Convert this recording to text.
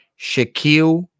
shaquille